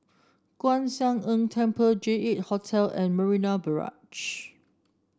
Kwan Siang Tng Temple J eight Hotel and Marina Barrage